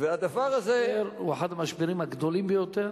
המשבר הוא אחד המשברים הגדולים ביותר,